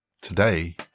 Today